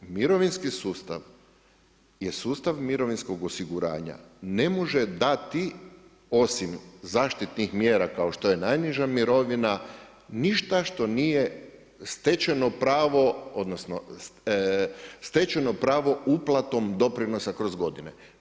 Mirovinski sustav je sustav mirovinskog osiguranja, ne može dati osim zaštitnih mjera kao što je najniža mirovina, ništa što nije stečeno pravo, odnosno stečeno pravo uplatom doprinosa kroz godine.